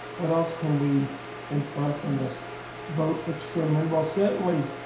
what else can we infer from this vote for truman. well, certainly,